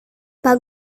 pak